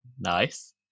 Nice